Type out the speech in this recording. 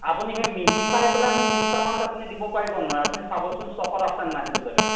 আপুনি সেই মিহি চাই পেলাই মোক বিশটামান আপুনি দিব পাৰিবনে নোৱাৰে আপুনি চাবচোন ষ্টকত আছেনে নাই সেইটো জেগাত